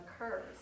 occurs